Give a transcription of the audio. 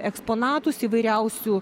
eksponatus įvairiausių